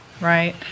right